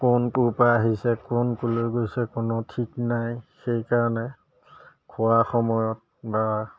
কোন ক'ৰপৰা আহিছে কোন ক'লৈ গৈছে কোনো ঠিক নাই সেইকাৰণে খোৱা সময়ত বা